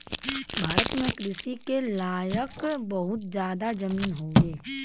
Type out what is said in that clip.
भारत में कृषि के लायक बहुत जादा जमीन हउवे